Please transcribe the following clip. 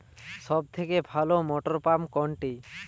সবথেকে ভালো মটরপাম্প কোনটি?